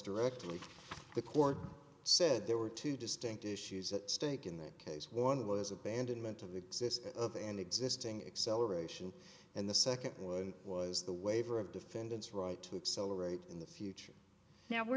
directly the court said there were two distinct issues at stake in this case one was abandonment of existence of an existing acceleration and the second one was the waiver of defendant's right to accelerate in the future now we're